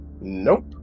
Nope